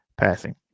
passing